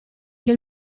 che